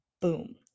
Boom